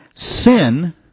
Sin